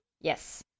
Yes